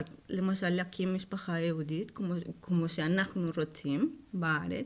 למשל להקים משפחה יהודית כמו שאנחנו רוצים בארץ.